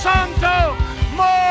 Santo